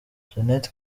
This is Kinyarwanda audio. jeannette